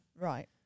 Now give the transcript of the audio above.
Right